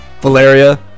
Valeria